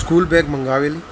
school bag મંગાવેલ